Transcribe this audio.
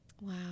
Wow